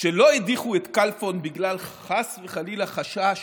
שלא הדיחו את כלפון בגלל, חס וחלילה, חשש